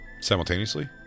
Simultaneously